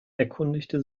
erkundigte